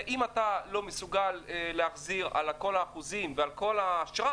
אם אתה לא מסוגל להחזיר על כל האחוזים ועל כל האשראי,